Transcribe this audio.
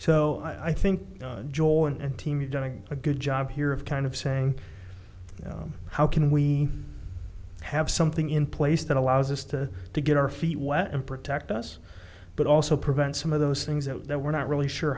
so i think joel and team you've done a good job here of kind of saying how can we have something in place that allows us to to get our feet wet and protect us but also prevent some of those things that we're not really sure